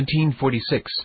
1746